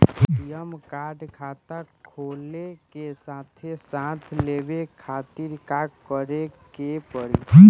ATM card खाता खुले के साथे साथ लेवे खातिर का करे के पड़ी?